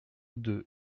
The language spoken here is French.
deux